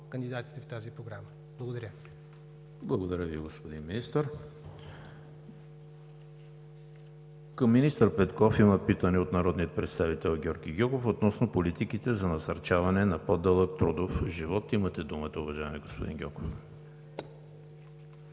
кандидатите в тази програма. Благодаря. ПРЕДСЕДАТЕЛ ЕМИЛ ХРИСТОВ: Благодаря Ви, господин Министър. Към Министър Петков има питане от народния представител Георги Гьоков относно политиките за насърчаване на по-дълъг трудов живот. Имате думата, уважаеми господин Гьоков.